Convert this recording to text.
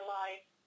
life